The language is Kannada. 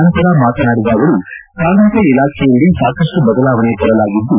ನಂತರ ಮಾತನಾಡಿದ ಅವರು ಕಾರ್ಮಿಕ ಇಲಾಖೆಯಲ್ಲಿ ಸಾಕಷ್ಟು ಬದಲಾವಣೆ ತರಲಾಗಿದ್ದು